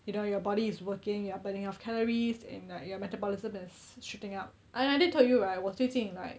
you know your body is working you are burning off calories and like your metabolism as shooting up and I did tell you right 我最近 like